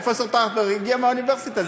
פרופ' טרכטנברג הגיע מהאוניברסיטה.